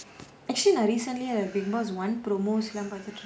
actually like recently bigg boss one promos பாத்துட்டு இருந்தேன்:paathutu irunthaen